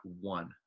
one